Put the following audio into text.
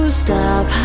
stop